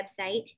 website